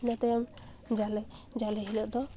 ᱤᱱᱟᱹ ᱛᱟᱭᱚᱢ ᱡᱟᱞᱮ ᱡᱟᱞᱮ ᱦᱤᱞᱚᱜ ᱫᱚ